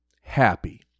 Happy